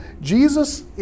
Jesus